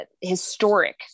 historic